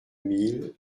mille